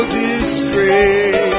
disgrace